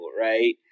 right